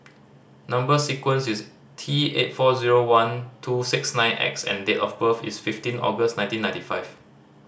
number sequence is T eight four zero one two six nine X and date of birth is fifteen August nineteen ninety five